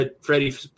Freddie